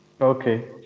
Okay